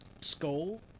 Skull